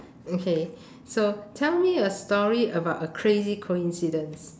okay so tell me a story about a crazy coincidence